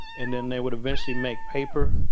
and then, they would eventually make paper.